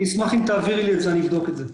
אני אשמח אם תעבירי לי את זה, אני אבדוק את זה.